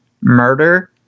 murder